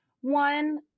one